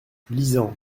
lisant